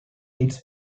its